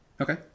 okay